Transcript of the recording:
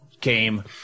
came